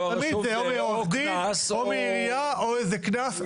תמיד זה דואר מעירייה או איזה קנס.